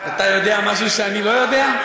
אתה יודע משהו שאני לא יודע?